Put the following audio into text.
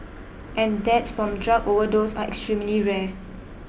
and deaths from drug overdose are extremely rare